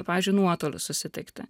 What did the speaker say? pavyzdžiui nuotoliu susitikti